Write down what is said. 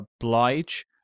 oblige